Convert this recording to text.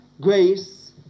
grace